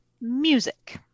music